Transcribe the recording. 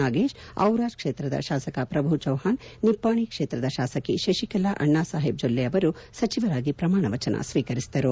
ನಾಗೇಶ್ ದಿರಾದ್ ಕ್ಷೇತ್ರದ ಶಾಸಕ ಪ್ರಭು ಚೌಹಾಣ್ ನಿಪ್ಪಾಣಿ ಕ್ಷೇತ್ರದ ಶಾಸಕಿ ಶಶಿಕಲಾ ಅಣ್ಣಾ ಸಾಹೇಬ್ ಜೊಲ್ಲೆ ಅವರು ಸಚಿವರಾಗಿ ಪ್ರಮಾಣ ವಚನ ಸ್ವೀಕರಿಸಿದರು